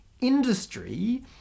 industry